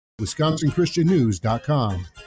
WisconsinChristianNews.com